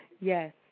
Yes